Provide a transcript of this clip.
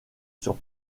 sur